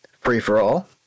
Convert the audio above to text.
free-for-all